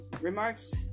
remarks